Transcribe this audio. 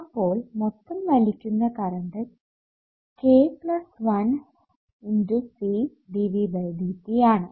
അപ്പോൾ മൊത്തം വലിക്കുന്ന കറണ്ട് k1CdVdtആണ്